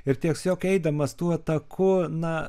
ir tiesiog eidamas tuo taku na